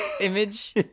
image